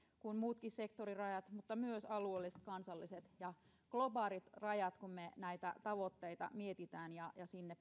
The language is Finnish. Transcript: kuin muutkin sektorirajat mutta myös alueelliset kansalliset ja globaalit rajat kun me näitä tavoitteita mietimme ja sinne